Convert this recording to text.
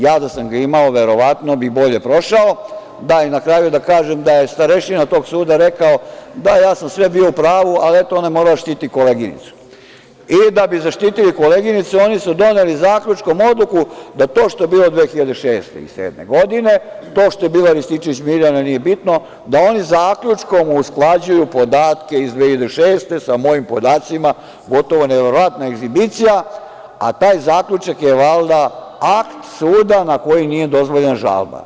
Ja da sam ga imao verovatno bi bolje prošao i na kraju da kažem da je starešina tog suda rekao – da, ja sam sve bio u pravu, ali eto, ona je morala da štiti koleginicu i da bi zaštitili koleginicu oni su doneli zaključkom odluku da to što je bilo 2006. i 2007. godine, to što je bila Rističević Mirjana nije bitno, da oni zaključkom usklađuju podatke iz 2006. godine sa mojim podacima, gotovo neverovatna egzibicija, a taj zaključak je valjda akt suda na koji nije dozvoljena žalba.